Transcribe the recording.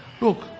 Look